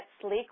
sleek